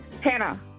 Hannah